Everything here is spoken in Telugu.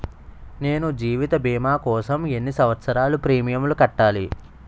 నేను జీవిత భీమా కోసం ఎన్ని సంవత్సారాలు ప్రీమియంలు కట్టాలి?